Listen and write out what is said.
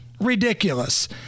Ridiculous